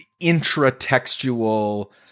intra-textual –